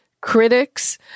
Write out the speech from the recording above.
critics